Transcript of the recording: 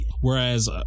Whereas